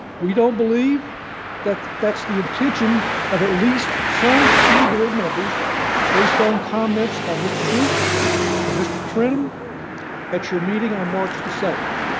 we don't believe that's that's the intention of at least some school board members based on comments by mr. deutsch and mr. trenum at your meeting on march the seventh.